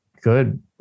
good